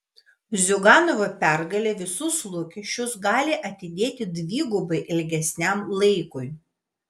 ziuganovo pergalė visus lūkesčius gali atidėti dvigubai ilgesniam laikui